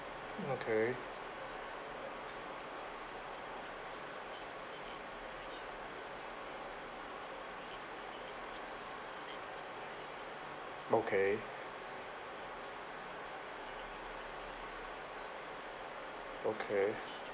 okay okay okay